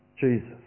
Jesus